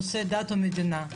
נושא דת ומדינה.